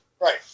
Right